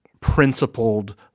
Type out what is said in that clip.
principled